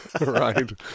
right